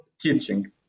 teaching